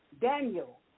Daniel